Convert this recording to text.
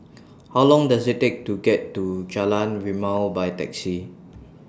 How Long Does IT Take to get to Jalan Rimau By Taxi